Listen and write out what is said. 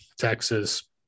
Texas